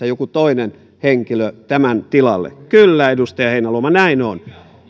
joku toinen henkilö tämän tilalle kyllä edustaja heinäluoma näin on